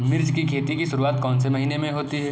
मिर्च की खेती की शुरूआत कौन से महीने में होती है?